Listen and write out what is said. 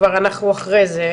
כבר אנחנו אחרי זה,